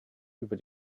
über